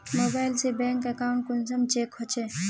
Mobile से bank account कुंसम check होचे?